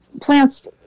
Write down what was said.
plants